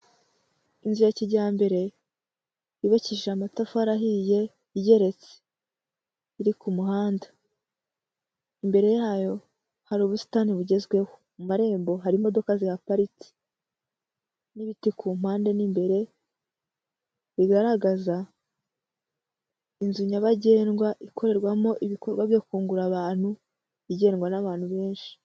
Inzu ya kijyambere yubakishije amatafari ahiye igeretse, iri ku muhanda imbere yayo hari ubusitani bugezweho, mu marembo hari imodoka zaparikitse n'ibiti ku mpande mu imbere, bigaragaza inzu nyabagendwa ikorerwamo ibikorwa byo kungura abantu igednwa n'abantu benshi.